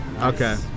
Okay